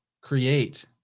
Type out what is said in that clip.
create